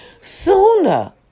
Sooner